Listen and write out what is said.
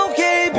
Okay